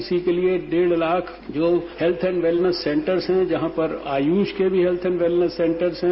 इसी के डेढ lakh health and wellness centres हैं जहां पर आयुष के भी हेल्थ एंड वेल्सनेस सेंटर्स हैं